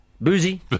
Boozy